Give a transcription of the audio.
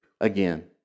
again